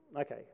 Okay